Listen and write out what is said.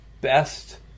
best